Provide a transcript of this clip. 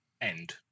end